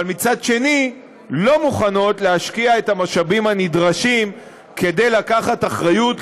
אבל מצד שני לא מוכנות להשקיע את המשאבים הנדרשים כדי לקחת אחריות,